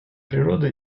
природы